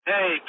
Hey